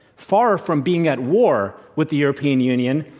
far from being at war with the european union.